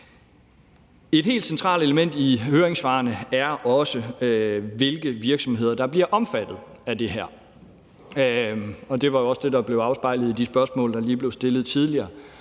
Et helt centralt element i høringssvarene er også, hvilke virksomheder der bliver omfattet af det her. Og det var jo også det, der blev afspejlet i det spørgsmål, der lige blev stillet tidligere.